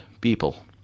people